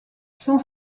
son